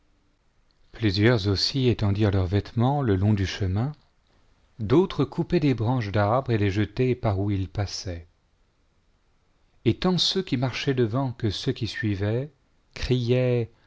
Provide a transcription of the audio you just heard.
plusieurs aussi étendirent leurs vêtements le lo ng du chemin d'autres coupaient des branches d'arbres et les jetaient par où ils passaient et tant ceux qui marchaient devant que ceux qui suivaient criaient